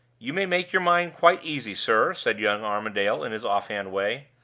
you may make your mind quite easy, sir, said young armadale, in his off-hand way.